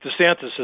DeSantis